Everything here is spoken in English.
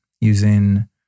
using